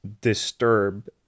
disturb